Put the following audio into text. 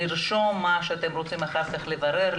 לרשום מה שאתם רוצים אחר כך לברר,